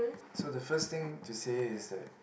so the first thing to say is that